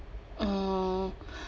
oh